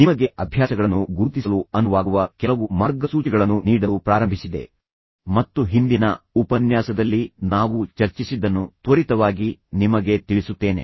ನಿಮಗೆ ಅಭ್ಯಾಸಗಳನ್ನು ಗುರುತಿಸಲು ಅನುವಾಗುವ ಕೆಲವು ಮಾರ್ಗಸೂಚಿಗಳನ್ನು ನೀಡಲು ಪ್ರಾರಂಭಿಸಿದ್ದೆ ಮತ್ತು ಹಿಂದಿನ ಉಪನ್ಯಾಸದಲ್ಲಿ ನಾವು ಚರ್ಚಿಸಿದ್ದನ್ನು ತ್ವರಿತವಾಗಿ ನಿಮಗೆ ತಿಳಿಸುತ್ತೇನೆ